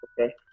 Okay